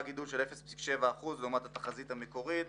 גידול של 0.7% לעומת התחזית המקורית.